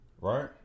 right